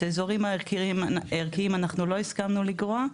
את האזורים הערכיים אנחנו לא הסכמנו לגרוע,